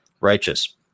righteous